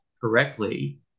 correctly